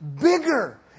bigger